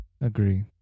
agree